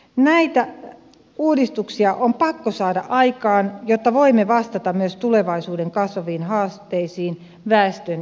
näitä uudistuksia on pakko saada aikaan jotta voimme vastata myös tulevaisuuden kasvaviin haasteisiin väestön ikääntyessä